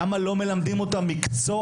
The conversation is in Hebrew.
למה לא מלמדים אותם מקצוע?